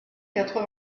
quatre